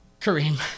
Kareem